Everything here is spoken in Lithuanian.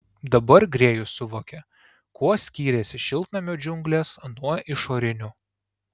dabar grėjus suvokė kuo skyrėsi šiltnamio džiunglės nuo išorinių